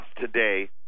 today